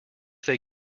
they